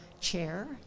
chair